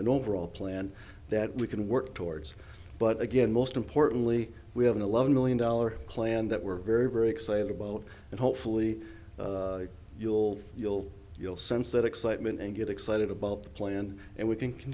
an overall plan that we can work towards but again most importantly we have an eleven million dollars plan that we're very very excited about and hopefully you'll you'll you'll sense that excitement and get excited about the plan and we can c